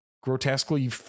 grotesquely